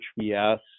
HBS